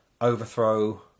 overthrow